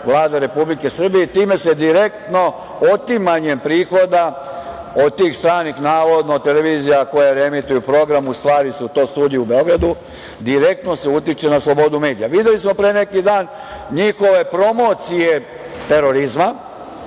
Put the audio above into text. Vlada Republike Srbije i time se direktno otimanjem prihoda od tih stranih navodno televizija, koje reemituju program, u stvari su to studiji u Beogradu, direktno se utiče na slobodu medija. Videli smo pre neki dan njihove promocije terorizma